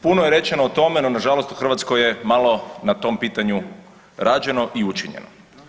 Puno je rečeno o tome no nažalost u Hrvatskoj je malo na tom pitanju rađeno i učinjeno.